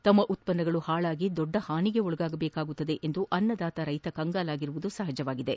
ತಮ್ಮ ಉತ್ತನ್ನಗಳು ಪಾಳಾಗಿ ದೊಡ್ಡ ಪಾನಿಗೆ ಒಳಗಾಗಬೇಕಾಗುತ್ತದೆ ಎಂದು ಅನ್ನದಾತ ರೈತ ಕಂಗಾಲಾಗಿರುವುದು ಸಪಜವಾಗಿದೆ